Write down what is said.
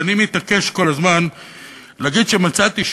אבל אני מתעקש כל הזמן להגיד שמצאתי